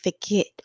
forget